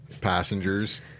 passengers